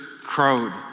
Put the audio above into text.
crowed